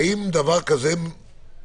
אני מעריכה שבאמת,